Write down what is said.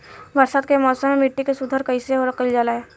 बरसात के मौसम में मिट्टी के सुधार कईसे कईल जाई?